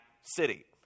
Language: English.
city